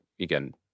again